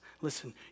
Listen